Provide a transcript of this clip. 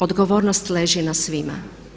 Odgovornost leži na svima.